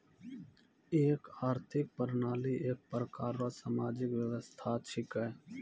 एक आर्थिक प्रणाली एक प्रकार रो सामाजिक व्यवस्था छिकै